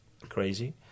crazy